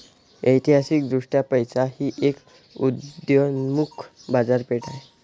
ऐतिहासिकदृष्ट्या पैसा ही एक उदयोन्मुख बाजारपेठ आहे